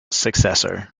successor